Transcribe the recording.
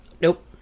nope